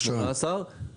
18,